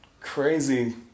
crazy